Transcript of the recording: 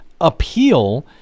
appeal